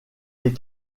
des